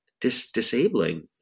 disabling